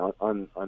on